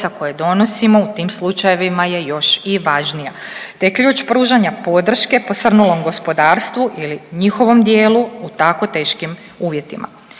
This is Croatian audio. koje donosimo u tim slučajevima je još i važnije da je ključ pružanja podrške posrnulom gospodarstvu ili njihovom dijelu u tako teškim uvjetima.